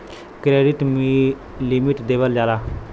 credit limit देवल जाला